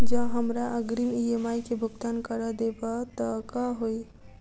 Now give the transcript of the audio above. जँ हमरा अग्रिम ई.एम.आई केँ भुगतान करऽ देब तऽ कऽ होइ?